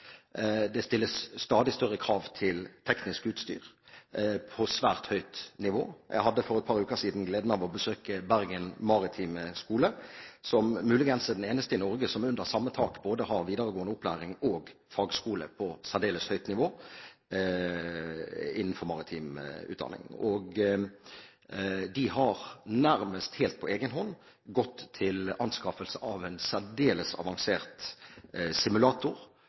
det stilles stadig større krav til teknisk utstyr på svært høyt nivå. Jeg hadde for et par uker siden gleden av å besøke Bergen maritime skole, som muligens er den eneste i Norge som under samme tak har både videregående opplæring og fagskole på særdeles høyt nivå innenfor maritim utdanning. De har nærmest helt på egen hånd gått til anskaffelse av en særdeles avansert simulator